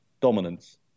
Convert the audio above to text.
dominance